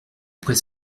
après